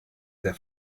der